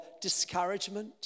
discouragement